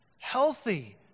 Healthy